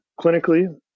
Clinically